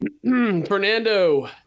fernando